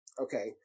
Okay